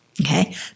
Okay